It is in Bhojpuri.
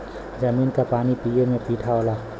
जमीन क पानी पिए में मीठा होला